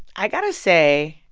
i got to say,